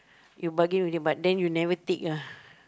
you bargain with them but then you never take lah